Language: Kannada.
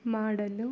ಮಾಡಲು